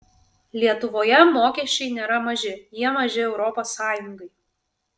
lietuvoje mokesčiai nėra maži jie maži europos sąjungai